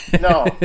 no